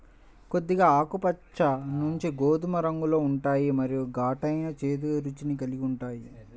కొద్దిగా ఆకుపచ్చ నుండి గోధుమ రంగులో ఉంటాయి మరియు ఘాటైన, చేదు రుచిని కలిగి ఉంటాయి